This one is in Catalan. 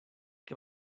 que